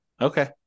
Okay